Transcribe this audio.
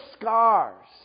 scars